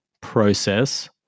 process